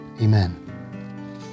Amen